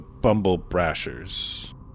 bumblebrashers